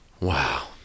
wow